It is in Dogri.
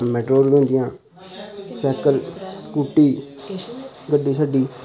मेटाडोरां बी होंदियां सैकल स्कूटी गड्डी शड्डी